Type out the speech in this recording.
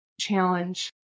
challenge